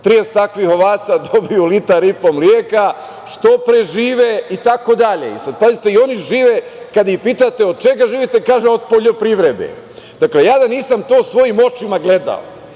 30 takvih ovaca dobiju litar i po mleka, što prežive itd. Sada pazite, oni žive, kada ih pitate od čega živite, kažu od poljoprivrede. Dakle, ja da nisam to svojim očima gledao,